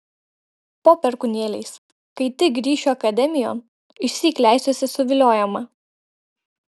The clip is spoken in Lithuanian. po perkūnėliais kai tik grįšiu akademijon išsyk leisiuosi suviliojama